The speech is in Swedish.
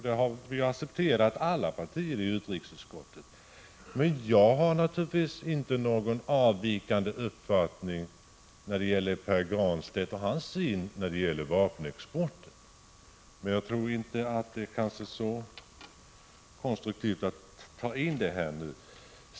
Den har alla partier i utrikesutskottet accepterat. Men jag har naturligtvis inte någon avvikande uppfattning när det gäller Pär Granstedts syn på vapenexporten. Men jag tror inte att det är konstruktivt att ta upp detta nu.